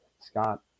Scott